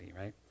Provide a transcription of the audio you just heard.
right